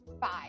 Five